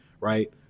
right